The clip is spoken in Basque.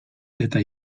eta